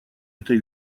этой